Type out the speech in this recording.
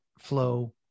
flow